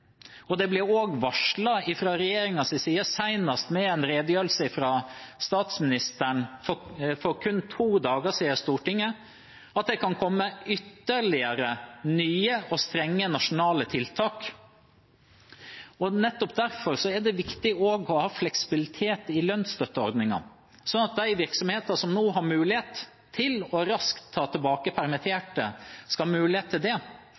Det ble også varslet fra regjeringens side, senest med en redegjørelse fra statsministeren for kun få dager siden i Stortinget, at det kan komme ytterligere nye og strenge nasjonale tiltak. Nettopp derfor er det også viktig å ha fleksibilitet i lønnsstøtteordningen, sånn at de virksomheter som nå har mulighet til raskt å ta tilbake permitterte, skal ha mulighet til det,